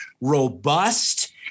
robust